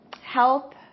help